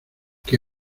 que